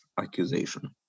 accusation